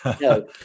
no